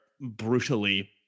brutally